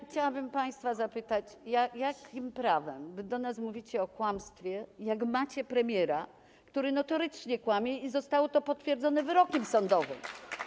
Chciałabym państwa zapytać, jakim prawem wy do nas mówicie o kłamstwie, jak macie premiera, który notorycznie kłamie, i zostało to potwierdzone wyrokiem sądowym.